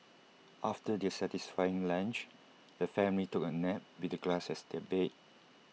after their satisfying lunch the family took A nap with the grass as their bed